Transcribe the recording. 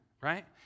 right